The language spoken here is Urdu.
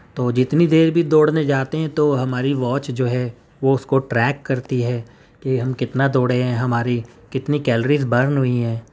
تو جتنی دیر بھی دوڑنے جاتے ہیں تو ہماری واچ جو ہے وہ اس کو ٹریک کرتی ہے کہ ہم کتنا دوڑے ہیں ہماری کتنی کیلریز برن ہوئی ہیں